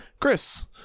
Chris